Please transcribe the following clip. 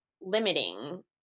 limiting